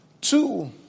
Two